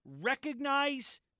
recognize